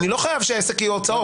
אני לא חייב שהעסק יהיו הוצאות.